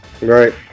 Right